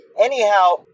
Anyhow